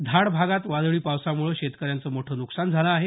धाड भागात वादळी पावसामुळे शेतकऱ्यांचं मोठं नुकसान झालं आहे